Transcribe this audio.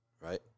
Right